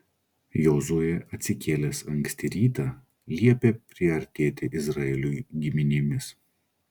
jozuė atsikėlęs anksti rytą liepė priartėti izraeliui giminėmis